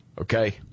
Okay